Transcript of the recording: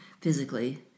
physically